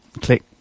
click